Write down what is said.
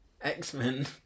X-Men